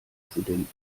studenten